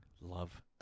Love